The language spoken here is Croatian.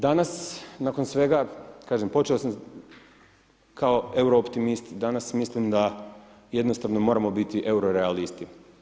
Danas nakon svega, kažem, počeo sam kao euro optimist, danas mislim da jednostavno moramo butu euro realisti.